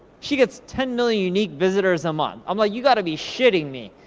she gets ten million unique visitors a month. i'm like, you gotta be shitting me.